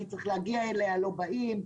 מי צריך להגיע אליה לא באים,